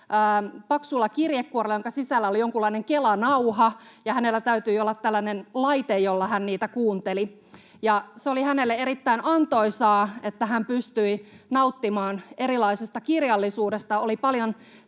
paksulla kirjekuorella, jonka sisällä oli jonkunlainen kelanauha, ja hänellä täytyi olla tällainen laite, jolla hän niitä kuunteli. Se oli hänelle erittäin antoisaa, että hän pystyi nauttimaan erilaisesta kirjallisuudesta.